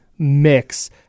mix